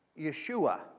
Yeshua